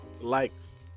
likes